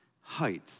height